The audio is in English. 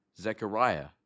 Zechariah